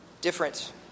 different